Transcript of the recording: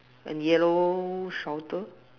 and yellow shelter